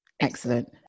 Excellent